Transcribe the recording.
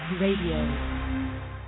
Radio